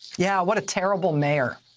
yeah, what a terrible mayor.